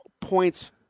points